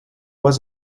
was